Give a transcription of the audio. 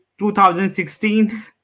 2016